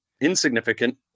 insignificant